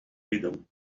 freedom